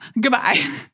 Goodbye